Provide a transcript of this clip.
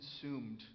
consumed